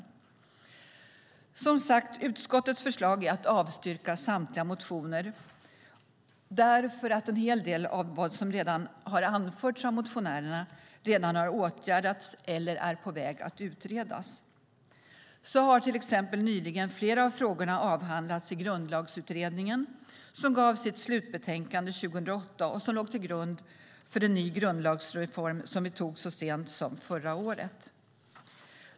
Utskottets förslag är, som sagt, att samtliga motioner avslås eftersom en hel del av vad som anförts av motionärerna redan åtgärdats eller är på väg att utredas. Så har till exempel flera av frågorna nyligen avhandlats i Grundlagsutredningen, som lämnade sitt slutbetänkande 2008 och som låg till grund för en ny grundlagsreform, vilken vi antog så sent som förra året.